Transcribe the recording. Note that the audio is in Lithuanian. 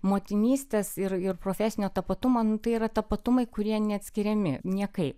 motinystės ir ir profesinio tapatumo nu tai yra tapatumai kurie neatskiriami niekaip